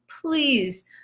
please